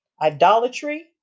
idolatry